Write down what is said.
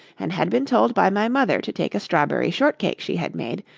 and had been told by my mother to take a strawberry shortcake she had made,